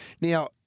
Now